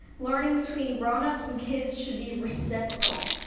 learning between grown-ups and kids should be reciprocal.